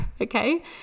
Okay